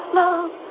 love